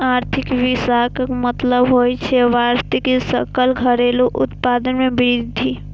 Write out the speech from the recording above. आर्थिक विकासक मतलब होइ छै वास्तविक सकल घरेलू उत्पाद मे वृद्धि